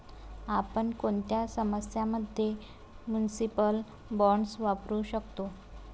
आपण कोणत्या समस्यां मध्ये म्युनिसिपल बॉण्ड्स वापरू शकतो?